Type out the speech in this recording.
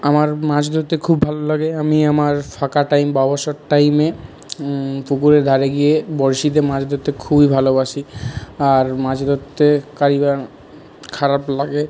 আমার মাছ ধরতে খুব ভালো লাগে আমি আমার ফাঁকা টাইম বা অবসর টাইমে পুকুরের ধারে গিয়ে বরশিতে মাছ ধরতে খুবই ভালোবাসি আর মাছ ধরতে কারই বা খারাপ লাগে